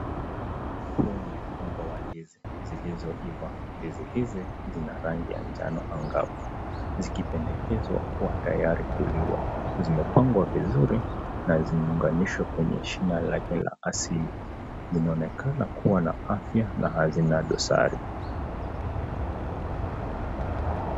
Huu ni mkunga wa ndizi zilizo iva, ndizi hizi zina rangi ya njano au ngavu zikipendekezwa kua tayari kuliwa. Zimepangwa vizuri na zimeunganishwa kwenye shina lake la asili. Zinaonekana kuwa na afya na hazina dosari.